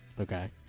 Okay